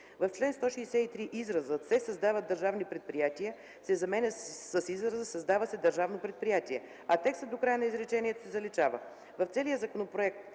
в чл. 163 изразът „се създават държавни предприятия” се заменя с израза „създава се държавно предприятие”, а текстът до края на изречението се заличава.